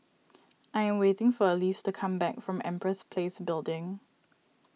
I am waiting for Elyse to come back from Empress Place Building